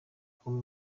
kuma